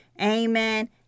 Amen